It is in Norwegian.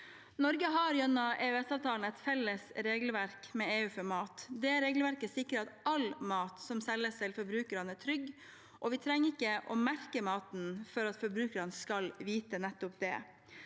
Norge har gjennom EØS-avtalen et felles regelverk med EU for mat. Det regelverket sikrer at all mat som selges til forbrukerne, er trygg, og vi trenger ikke å merke maten for at forbrukerne skal vite nettopp det.